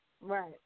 Right